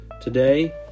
Today